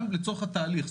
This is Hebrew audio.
גם לצורך התהליך,